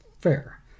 Fair